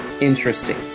interesting